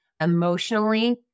emotionally